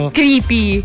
creepy